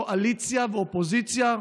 קואליציה ואופוזיציה.